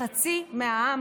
חצי מהעם